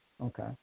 Okay